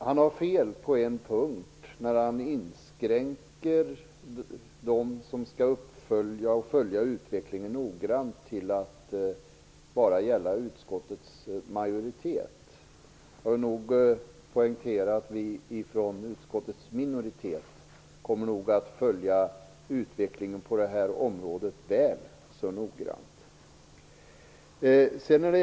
Han har fel på en punkt, nämligen när han inskränker kretsen av dem som skall följa utvecklingen noggrant till att bara gälla utskottets majoritet. Jag vill poängtera att vi från utskottets minoritet nog kommer att följa utvecklingen på det här området väl så noggrant.